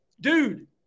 Dude